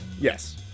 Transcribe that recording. yes